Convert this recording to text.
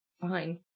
fine